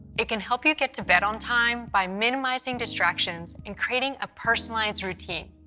it can help you get to bed on time by minimizing distractions and creating a personalized routine.